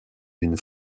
d’une